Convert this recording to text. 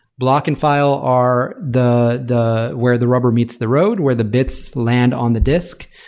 block and file are the the where the rubber meets the road, where the bits land on the disk,